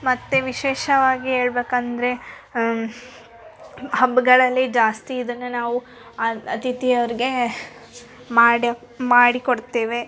ಮತ್ತು ವಿಶೇಷವಾಗಿ ಹೇಳ್ಬೇಕಂದ್ರೆ ಹಬ್ಬಗಳಲ್ಲಿ ಜಾಸ್ತಿ ಇದನ್ನ ನಾವು ಅತಿಥಿಯವ್ರಿಗೆ ಮಾಡಿ ಮಾಡಿ ಕೊಡುತ್ತೇವೆ